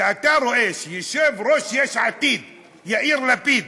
כשאתה רואה שיושב-ראש יש עתיד יאיר לפיד,